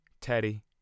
Teddy